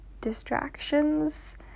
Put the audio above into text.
distractions